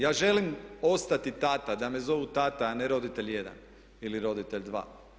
Ja želim ostati tata, da me zovu tata a ne roditelj jedan ili roditelj dva.